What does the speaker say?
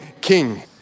king